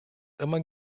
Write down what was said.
immer